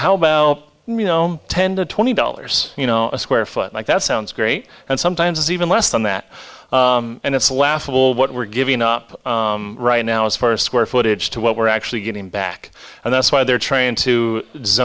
how about you know ten to twenty dollars you know a square foot like that sounds great and sometimes even less than that and it's laughable what we're giving up right now as far as square footage to what we're actually getting back and that's why they're trying to